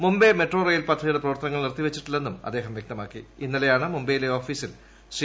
Mumbai metro rail പദ്ധതിയുട്ടി പ്രവർത്തനങ്ങൾ നിർത്തിവച്ചിട്ടില്ലെന്നും അദ്ദേഹം വ്യക്തമ്മുക്കിം ഇന്നലെയാണ് മുംബൈയിലെ ഓഫീസിൽ ശ്രീ